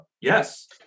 yes